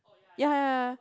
ya ya ya